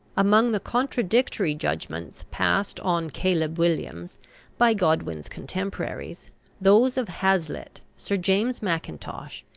among the contradictory judgments passed on caleb williams by godwin's contemporaries those of hazlitt, sir james mackintosh,